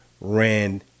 ran